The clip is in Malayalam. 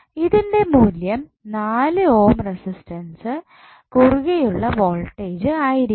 ഇതിൻ്റെ മൂല്യം 4 ഓം റസിസ്റ്റൻറ്സ്ന് കുറുകെയുള്ള വോൾട്ടേജ് ആയിരിക്കും